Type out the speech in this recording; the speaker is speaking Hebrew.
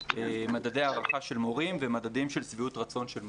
מדדי הערכה של מורים ומדדים של שביעות רצון של מורים.